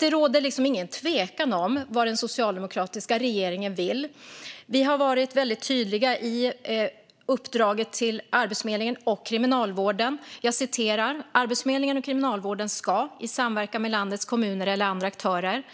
Det råder ingen tvekan om vad den socialdemokratiska regeringen vill. Vi har varit väldigt tydliga i uppdraget till Arbetsförmedlingen och Kriminalvården. Arbetsförmedlingen och kriminalvården ska "i samverkan med landets kommuner eller andra aktörer .